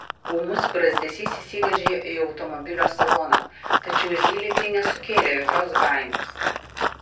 ūmus brazdesys įsiveržė į automobilio saloną tačiau zylei tai nesukėlė jokios baimės